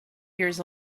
years